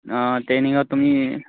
অঁ ট্ৰেইনিঙত তুমি